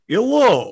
Hello